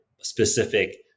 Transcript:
specific